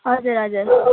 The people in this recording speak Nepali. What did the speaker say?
हजुर हजुर